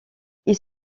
ils